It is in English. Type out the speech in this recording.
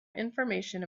information